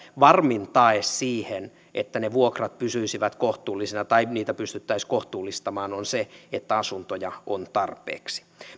varmin tae siihen että ne vuokrat pysyisivät kohtuullisina tai niitä pystyttäisiin kohtuullistamaan on se että asuntoja on tarpeeksi